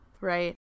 Right